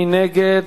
מי נגד?